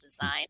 design